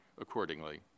accordingly